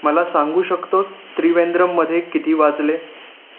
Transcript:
मला सांगू शकतोस त्रिवेंद्रमध्ये किती वाजले